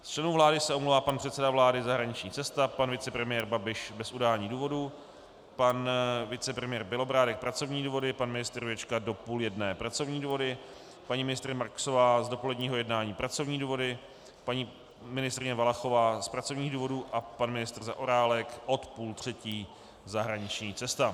Z členů vlády se omlouvá pan předseda vlády zahraniční cesta, pan vicepremiér Babiš bez udání důvodu, pan vicepremiér Bělobrádek pracovní důvody, pan ministr Jurečka do 12.30 hodin pracovní důvody, paní ministryně Marksová z dopoledního jednání pracovní důvody, paní ministryně Valachová z pracovních důvodů a pan ministr Zaorálek od 14.30 zahraniční cesta.